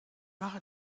mache